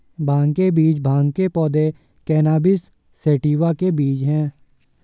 भांग के बीज भांग के पौधे, कैनबिस सैटिवा के बीज हैं